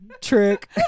trick